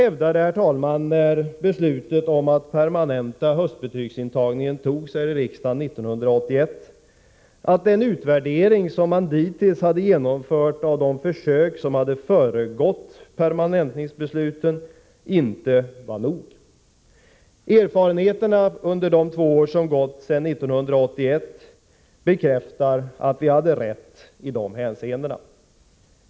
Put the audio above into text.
Moderaterna hävdade, när beslutet om att permanenta höstbetygsintagningen fattades här i riksdagen 1981, att den utvärdering som man dittills hade genomfört av de försök som föregick permanentningsbeslutet inte var tillräcklig. Erfarenheterna under de år som gått sedan 1981 bekräftar att vi hade rätt i dessa hänseenden.